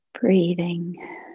breathing